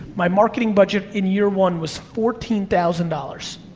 my marketing budget in year one was fourteen thousand dollars.